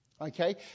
okay